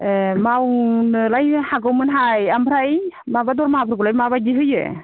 ए मावनोलाय हागौमोनहाय ओमफ्राय माबा दरमहाफोरखौलाय माबायदि होयो